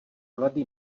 mladý